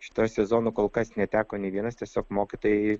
šituo sezonu kol kas neteko nė vienas tiesiog mokytojai